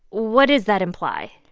what does that imply?